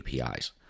APIs